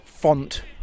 font